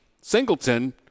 Singleton